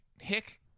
hick